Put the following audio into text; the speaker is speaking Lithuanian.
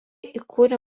įkūrė